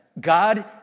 God